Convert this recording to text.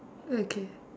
okay